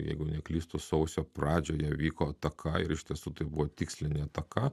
jeigu neklystu sausio pradžioje vyko ataka ir iš tiesų tai buvo tikslinė ataka